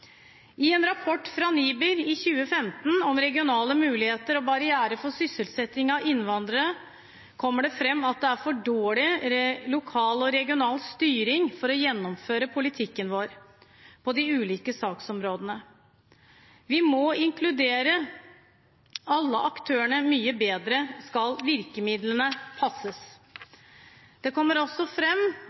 I en rapport fra NIBR i 2015 om regionale muligheter og barrierer for sysselsetting av innvandrere kommer det fram at det er for dårlig lokal og regional styring for å gjennomføre politikken vår på de ulike saksområdene. Vi må inkludere alle aktørene mye bedre skal virkemidlene tilpasses. Det kommer også